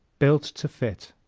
built to fit